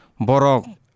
Borok